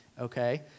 okay